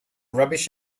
rubbish